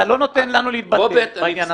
בושה וחרפה.